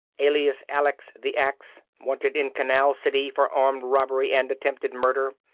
alias alex the axe, wanted in canal city for armed robbery and attempted murder.